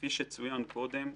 כפי שצוין קודם,